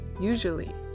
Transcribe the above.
usually